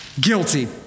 guilty